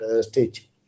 stage